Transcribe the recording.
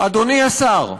אדוני השר,